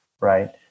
right